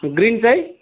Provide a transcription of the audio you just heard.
green चाहिँ